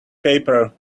paper